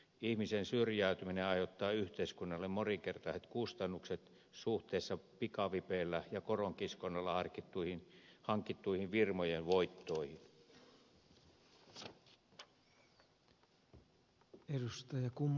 ihmisten syrjäytyminen aiheuttaa yhteiskunnalle moninkertaiset kustannukset suhteessa pikavipeillä ja koronkiskonnalla hankittuihin firmojen voittoihin